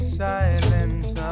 silence